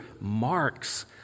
marks